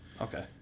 Okay